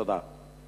תודה.